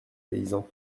paysan